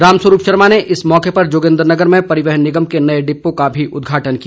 रामस्वरूप शर्मा ने इस मौके पर जोगिन्द्रनगर में परिवहन निगम के नए डिपो का भी उदघाटन किया